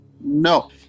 no